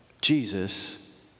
Jesus